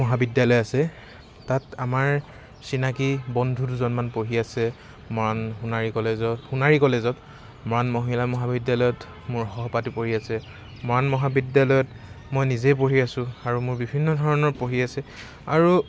মহাবিদ্যালয় আছে তাত আমাৰ চিনাকী বন্ধু দুজনমান পঢ়ি আছে মৰাণ সোণাৰি কলেজত সোণাৰি কলেজত মৰাণ মহিলা মহাবিদ্যালয়ত মোৰ সহপাঠি পঢ়ি আছে মৰাণ মহাবিদ্যালয়ত মই নিজে পঢ়ি আছো আৰু মোৰ বিভিন্ন ধৰণৰ পঢ়ি আছে আৰু